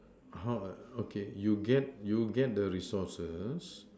how okay you get you get the resources